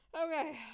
Okay